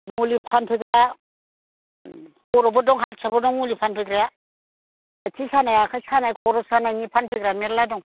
मुलि फानफैग्रा बर'बो दं हारसाबो दं मुलि फानफैग्राया आथिं सानाय आखाइ सानाय खर' सानायनि फानफैग्रा मेल्ला दं